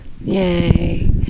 yay